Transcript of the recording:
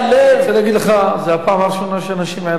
אני רוצה להגיד לך שזו הפעם הראשונה שאנשים ערניים.